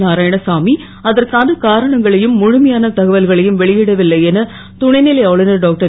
நாராயணசாமி அதற்கான காரணங்களையும் முழுமையான தகவல்களையும் வெளி டவில்லை என துணை லை ஆளுநர் டாக்டர்